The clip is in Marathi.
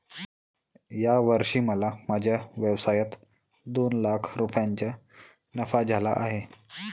या वर्षी मला माझ्या व्यवसायात दोन लाख रुपयांचा नफा झाला आहे